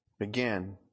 Again